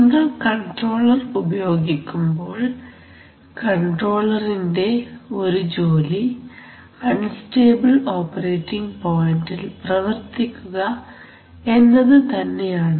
നിങ്ങൾ കൺട്രോളർ ഉപയോഗിക്കുമ്പോൾ കൺട്രോളറിന്റെ ഒരു ജോലി അൺസ്റ്റേബിൾ ഓപ്പറേറ്റിംഗ് പോയന്റിൽ പ്രവർത്തിക്കുക എന്നത് തന്നെയാണ്